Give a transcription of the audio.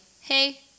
hey